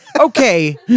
Okay